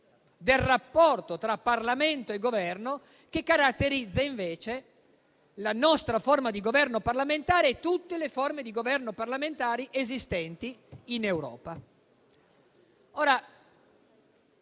del rapporto tra Parlamento e Governo che caratterizza invece la nostra forma di governo parlamentare e tutte le forme di governo parlamentari esistenti in Europa.